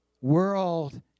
world